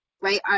right